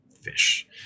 fish